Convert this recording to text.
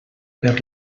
per